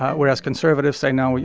whereas conservatives say, no, you